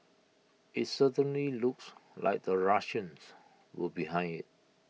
IT certainly looks like the Russians were behind IT